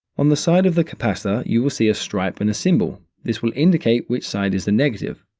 on the side of the capacitor, you will see a stripe and a symbol. this will indicate which side is the negative.